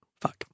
Fuck